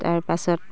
তাৰপাছত